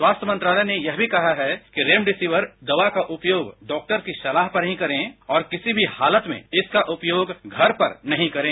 स्वास्थ्य मंत्रालय ने यह भी कहा है कि रेमेडेसिविर दवा का उपयोग डॉक्टर की सलाह पर ही करें और किसी भी हालत में इसका उपयोग घर पर नहीं करें